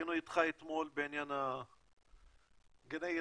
היינו איתך אתמול בעניין גני הילדים,